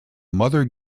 mother